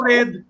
Red